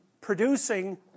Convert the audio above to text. producing